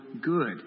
good